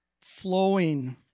flowing